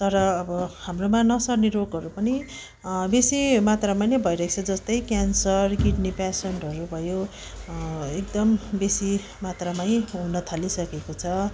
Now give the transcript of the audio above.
तर अब हाम्रोमा नसर्ने रोगहरू पनि बेसी मात्रामा नै भइरहेको रहेछ जस्तै क्यान्सर किडनी पेसेन्टहरू भयो एकदम बेसी मात्रामै हुन थालिसकेको छ